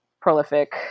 prolific